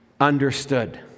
understood